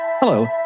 Hello